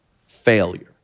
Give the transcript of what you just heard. failure